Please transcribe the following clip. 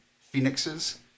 phoenixes